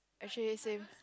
actually same